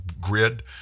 grid